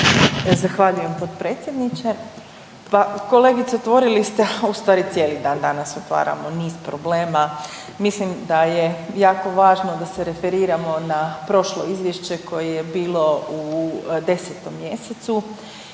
Zahvaljujem potpredsjedniče. Pa kolegice otvorili ste, ustvari cijeli dan danas otvaramo niz problema, mislim da je jako važno da se referiramo na prošlo izvješće koje je bilo u 10. mjesecu